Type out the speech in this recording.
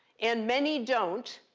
and many don't.